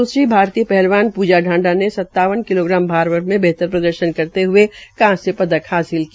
दूसरी भारतीय पहलवान पूजा ढांडा ने सत्तावन भारवर्ग में बेहतर प्रदर्शन करते हए कांस्य पदक हासिल किया